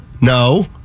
No